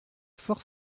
fort